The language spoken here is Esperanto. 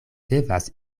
devas